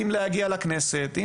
הגעה לכנסת,